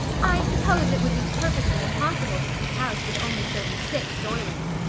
i suppose it would be perfectly impossible to keep house with only thirty-six doilies,